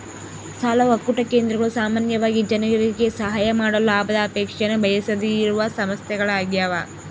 ಸಾಲ ಒಕ್ಕೂಟ ಕೇಂದ್ರಗಳು ಸಾಮಾನ್ಯವಾಗಿ ಜನರಿಗೆ ಸಹಾಯ ಮಾಡಲು ಲಾಭದ ಅಪೇಕ್ಷೆನ ಬಯಸದೆಯಿರುವ ಸಂಸ್ಥೆಗಳ್ಯಾಗವ